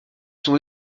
sont